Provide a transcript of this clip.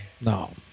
No